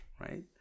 right